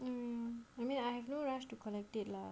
mm I mean I have no rush to collect it lah